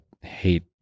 hate